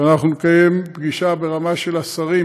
ואנחנו נקיים פגישה ברמה של השרים